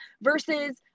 Versus